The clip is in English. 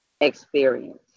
experience